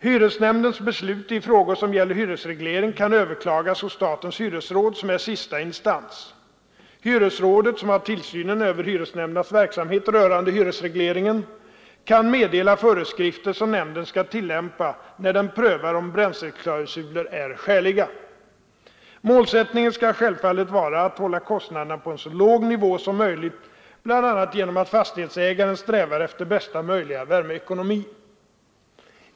Hyresnämndens beslut i frågor som gäller hyresreglering kan överklagas hos statens hyresråd som är sista instans. Hyresrådet, som har tillsynen över hyresnämndernas verksamhet rörande hyresregleringen, kan meddela föreskrifter som nämnden skall tillämpa när den prövar om bränsleklausuler är skäliga. Målsättningen skall självfallet vara att hålla kostnaderna på en så låg nivå som möjligt, bl.a. genom att fastighetsägaren strävar efter bästa möjliga värmeekonomi.